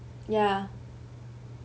ya